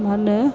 मा होनो